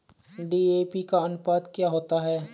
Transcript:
DAP का अनुपात क्या होता है?